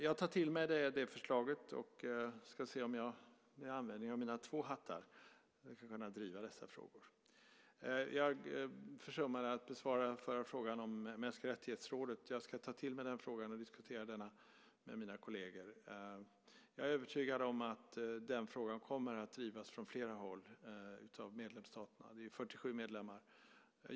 Jag tar till mig det förslaget och ska se om jag med användning av mina dubbla roller ska kunna driva dessa frågor. Jag försummade att svara på den förra frågan om MR-rådet. Jag ska ta till mig den och diskutera den med mina kolleger. Jag är övertygad om att den kommer att drivas av flera medlemsstater. Det finns ju 47 medlemmar.